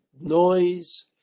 noise